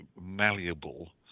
malleable